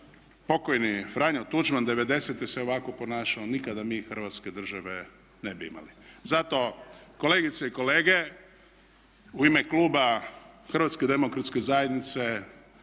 pokojni Franjo Tuđman '90.-ih se ovako ponašao nikada mi Hrvatske države ne bi imali. Zato kolegice i kolege u ime kluba Hrvatske demokratske zajednice